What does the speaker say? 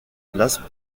places